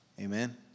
Amen